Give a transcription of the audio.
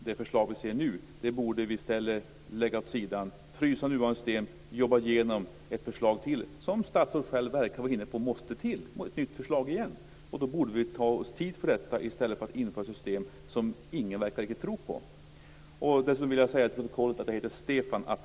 Det förslag vi ser nu tror jag att vi i stället borde lägga åt sidan, frysa nuvarande system, jobba igenom ett förslag till, som statsrådet själv verkar vara inne på måste till, och lägga fram ett nytt förslag igen. Vi borde ta oss tid för detta i stället för att införa system som ingen riktigt verkar tro på.